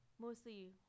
mostly